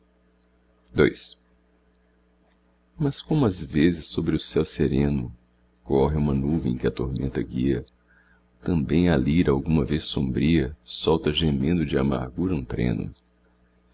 orvalho mas como às vezes sobre o céu sereno corre uma nuvem que a tormenta guia também a lira alguma vez sombria solta gemendo de amargura um treno